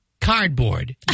cardboard